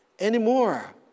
Anymore